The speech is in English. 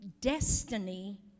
destiny